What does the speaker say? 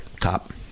Top